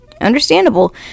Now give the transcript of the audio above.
understandable